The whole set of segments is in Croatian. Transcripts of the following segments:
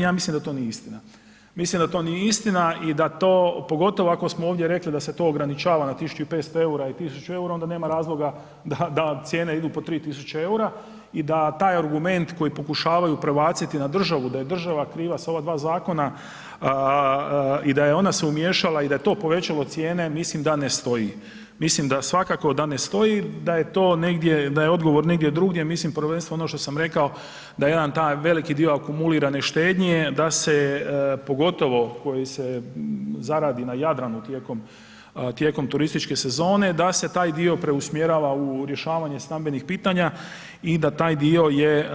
Ja mislim da to nije istina, mislim da to nije istina i da to pogotovo ako smo ovdje rekli da se to ograničava na 1.500 EUR-a i 1.000 EUR-a onda nema razloga da cijene idu po 3.000 EUR-a i da taj argument koji pokušavaju prebaciti na državu, da je država kriva sa ova dva zakona i da je ona se umiješala i da je to povećalo cijene, mislim da ne stoji, mislim da svakako da ne stoji, da je to negdje, da je odgovor negdje drugdje, mislim prvenstveno ono što sam rekao da je jedan taj veliki dio akumulirane štednje da se pogotovo koji se zaradi na Jadranu tijekom, tijekom turističke sezone da se taj dio preusmjerava u rješavanje stambenih pitanja i da taj dio je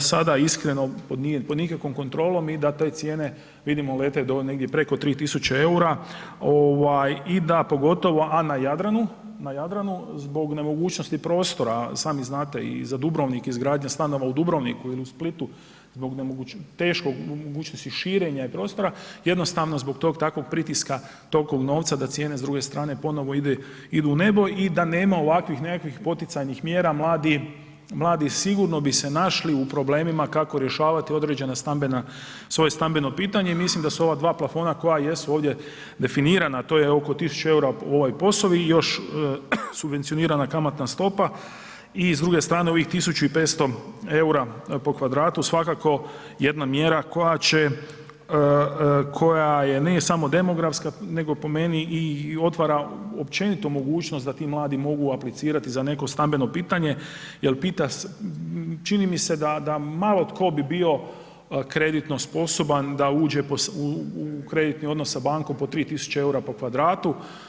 sada iskreno, nije pod nikakvom kontrolom i da te cijene vidimo lete do negdje preko 3.000 EUR-a, ovaj i da pogotovo, a na Jadranu, na Jadranu zbog nemogućnosti prostora, sami znate i za Dubrovnik, izgradnja stanova u Dubrovniku i u Splitu zbog teškog mogućnosti širenja i prostora, jednostavno zbog tog takvog pritiska tolkog novca da cijene s druge strane ponovo idu u nebo i da nema ovakvih nekakvih poticajnih mjera, mladi sigurno bi se našli u problemima kako rješavati određena stambena, svoje stambeno pitanje i mislim da su ova dva plafona koja jesu ovdje definirana, to je oko 1.000 EUR-a ovaj POS-v i još subvencionirana kamatna stopa i s druge strane ovih 1.500 EUR-a po kvadratu svakako jedan mjera koja će, koja je nije samo demografska nego po meni i otvara općenito mogućnost da ti mladi mogu aplicirati za neko stambeno pitanje, jer čini mi se da malo tko bi bio kreditno sposoban da uđe u krediti odnos sa bankom po 3.000 EUR-a po kvadratu.